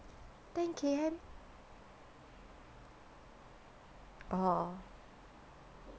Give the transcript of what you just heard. ten K_M orh